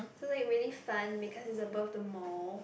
so that it really fun because it's above the mall